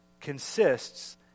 consists